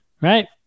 right